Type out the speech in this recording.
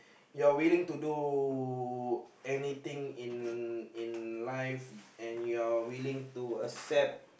you're willing to do anything in in life and you're willing to accept